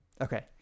Okay